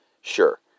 sure